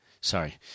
Sorry